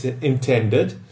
intended